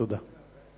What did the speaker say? תודה.